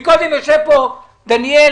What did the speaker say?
קודם ישב כאן איציק דניאל,